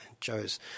Joe's